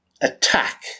attack